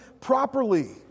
properly